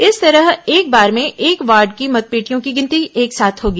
इस तरह एक बार में एक वार्ड की मतपेटियों की गिनती एक साथ होगी